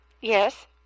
Yes